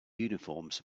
uniforms